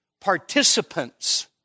participants